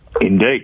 Indeed